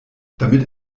damit